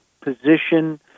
position